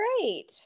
great